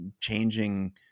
changing